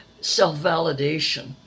self-validation